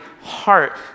heart